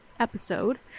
episode